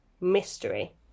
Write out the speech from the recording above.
mystery